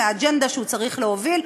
מהאג'נדה שהוא צריך להוביל,